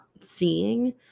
seeing